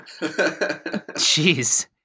Jeez